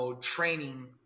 training